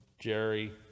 jerry